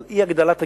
על אי-הגדלת הגירעון,